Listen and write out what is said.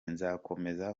nzakomeza